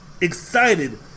excited